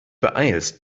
beeilst